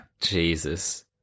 Jesus